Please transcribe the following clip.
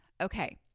okay